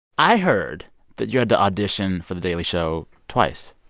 i heard that you had to audition for the daily show twice